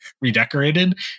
redecorated